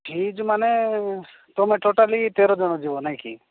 fix ମାନେ ତୁମେ totally ତେରଜଣ ଯିବ ନାଆକି